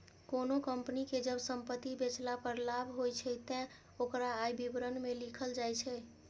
कोनों कंपनी कें जब संपत्ति बेचला पर लाभ होइ छै, ते ओकरा आय विवरण मे लिखल जाइ छै